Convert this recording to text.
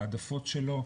ההעדפות שלו,